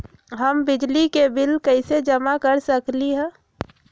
हम बिजली के बिल कईसे जमा कर सकली ह?